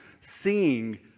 seeing